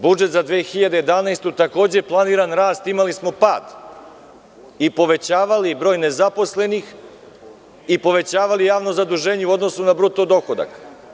Budžet za 2011. godinu takođe planiran rast, imali smo pad i povećavali broj nezaposlenih i povećavali javno zaduženje u odnosu na bruto dohodak.